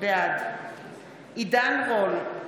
בעד עידן רול,